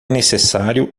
necessário